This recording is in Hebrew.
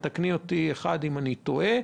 תתקני אותי אם אני טועה.